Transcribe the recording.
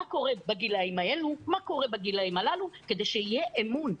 קורה בגילאים האלה ובאחרים כדי שיהיה אמון.